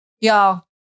Y'all